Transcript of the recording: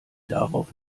darauf